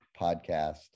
podcast